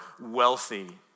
wealthy